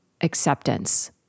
acceptance